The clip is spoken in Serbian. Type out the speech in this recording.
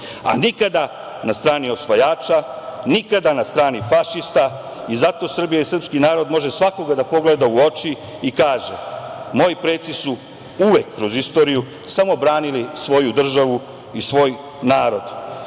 a nikada na strani osvajača, nikada na strani fašista. Zato Srbija i srpski narod može svakoga da pogleda u oči i kaže – moji preci su uvek kroz istoriju samo branili svoju državu i svoj narod. Zato